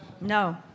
No